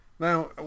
Now